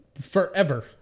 forever